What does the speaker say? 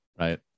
right